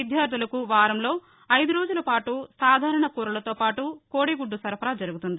విద్యార్గులకు వారంలో ఐదు రోజులపాటు సాధారణ కూరలతో పాటు కోడిగుడ్దు సరఫరా జరుగుతుంది